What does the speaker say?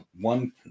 one